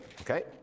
Okay